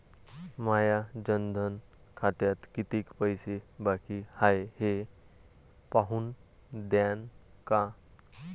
माया जनधन खात्यात कितीक पैसे बाकी हाय हे पाहून द्यान का?